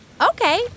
Okay